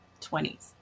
20s